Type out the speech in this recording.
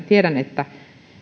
tiedän että